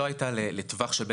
זה לא בתקשורת, זה לא יהיה בתקשורת.